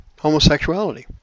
homosexuality